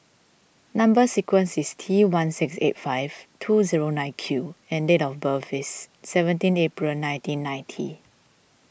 Number Sequence is T one six eight five two zero nine Q and date of birth is seventeen April nineteen ninety